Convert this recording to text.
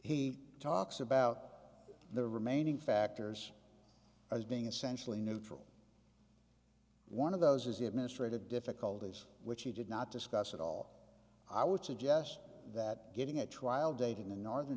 he talks about the remaining factors as being essentially neutral one of those is the administrative difficulties which he did not discuss at all i would suggest that getting a trial date in the northern